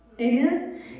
Amen